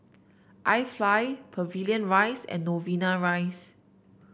IFly Pavilion Rise and Novena Rise